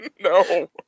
No